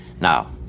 Now